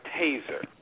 taser